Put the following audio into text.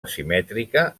asimètrica